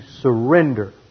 surrender